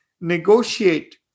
negotiate